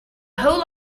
whole